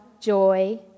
joy